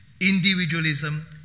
individualism